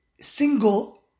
single